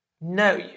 No